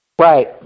Right